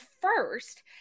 first